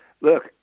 look